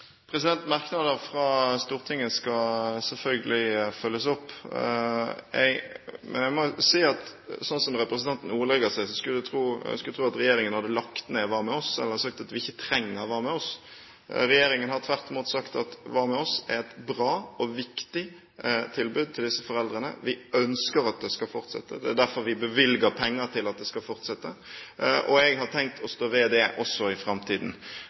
Merknader fra Stortinget skal selvfølgelig følges opp. Men slik som representanten ordlegger seg, skulle man tro at regjeringen hadde lagt ned Hva med oss? eller sagt at vi ikke trenger Hva med oss? Regjeringen har tvert imot sagt at Hva med oss? er et bra og viktig tilbud til disse foreldrene, og vi ønsker at det skal fortsette. Det er derfor vi bevilger penger til at det skal fortsette, og jeg har tenkt å stå ved det også i framtiden.